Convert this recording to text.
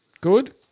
Good